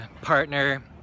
partner